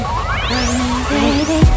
Baby